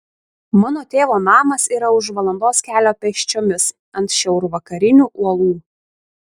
mano tėvo namas yra už valandos kelio pėsčiomis ant šiaurvakarinių uolų